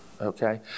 okay